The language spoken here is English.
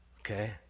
Okay